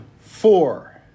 four